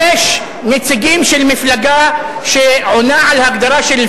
ויש נציגים של מפלגה שעונה על ההגדרה של פאשיזם,